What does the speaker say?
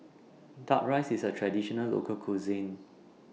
Duck Rice IS A Traditional Local Cuisine